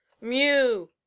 Mew